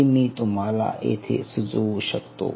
हे मी तुम्हाला येथे सुचवू शकतो